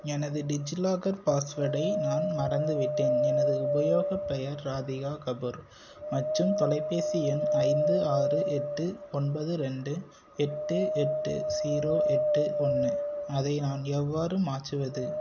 எனது டிஜிலாக்கர் பாஸ்வேர்டை நான் மறந்துவிட்டேன் எனது உபயோகப் பெயர் ராதிகா கபூர் மற்றும் தொலைபேசி எண் ஐந்து ஆறு எட்டு ஒன்பது ரெண்டு எட்டு எட்டு ஸீரோ எட்டு ஒன்று அதை நான் எவ்வாறு மாற்றுவது